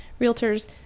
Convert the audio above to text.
realtors